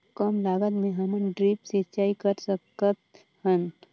कम लागत मे हमन ड्रिप सिंचाई कर सकत हन?